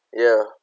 ya